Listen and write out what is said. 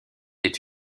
est